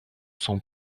son